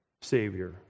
Savior